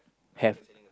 have